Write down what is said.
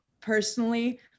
personally